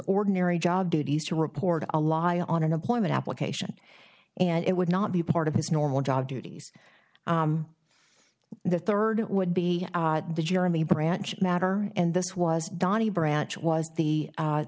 ordinary job duties to report a law on an employment application and it would not be part of his normal job duties the third would be the jeremy branch matter and this was donnie branch was the